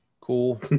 Cool